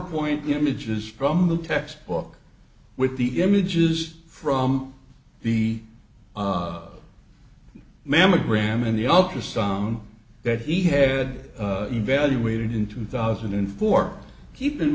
the images from the textbook with the images from the mammogram and the ultrasound that he had evaluated in two thousand and four keep in